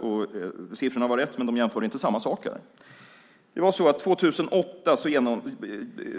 Det var rätt siffror, men de jämförde inte samma saker. År 2008